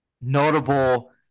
notable